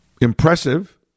impressive